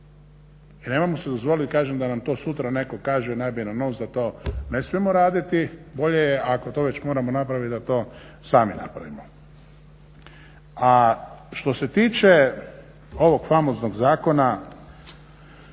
I nemojmo si dozvoliti da nam to sutra netko kaže i nabije na nos da to ne smijemo raditi. bolje je ako to već moramo raditi da to sami napravimo. A što se tiče ovog famoznog Zakona